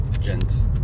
Gents